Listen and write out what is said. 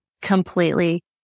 completely